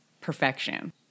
perfection